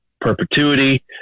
perpetuity